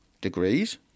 degrees